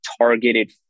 targeted